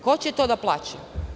Ko će to da plaća?